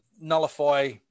nullify